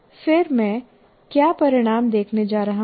फिर मैं क्या परिणाम देखने जा रहा हूँ